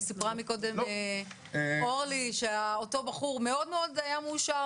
קודם סיפרה אורלי שאותו בחור מאוד מאוד היה מאושר